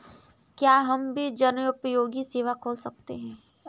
क्या हम भी जनोपयोगी सेवा खोल सकते हैं?